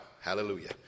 hallelujah